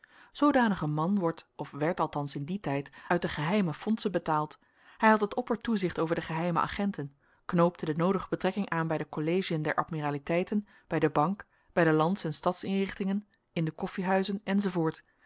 zoodanig een man wordt of werd althans in dien tijd uit de geheime fondsen betaald hij had het oppertoezicht over de geheime agenten knoopte de noodige betrekkingen aan bij de kollegiën der admiraliteiten bij de bank bij de lands en stadsinrichtingen in de